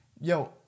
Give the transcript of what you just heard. Yo